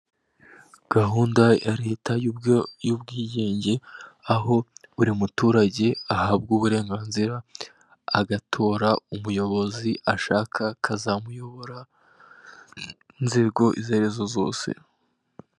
Gahunda ya leta y'ubwigenge, aho buri muturage ahabwa uburenganzira agatora umuyobozi ashaka ko azamuyobora, inzego izo ari zo zose.